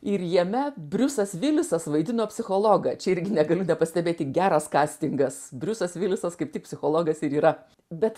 ir jame briusas vilisas vaidino psichologą čia irgi negaliu nepastebėti geras kastingas briusas vilisas kaip tik psichologas ir yra bet